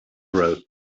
rope